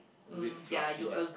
a bit fluffy ya